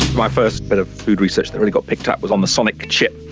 my first bit of food research that really got picked up was on the sonic chip,